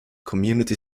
community